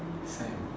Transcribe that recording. it's like